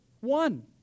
one